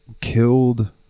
killed